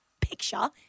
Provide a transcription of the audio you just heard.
picture